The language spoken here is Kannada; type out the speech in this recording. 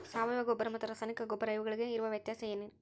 ಸಾವಯವ ಗೊಬ್ಬರ ಮತ್ತು ರಾಸಾಯನಿಕ ಗೊಬ್ಬರ ಇವುಗಳಿಗೆ ಇರುವ ವ್ಯತ್ಯಾಸ ಏನ್ರಿ?